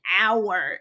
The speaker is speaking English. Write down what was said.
hour